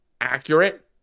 accurate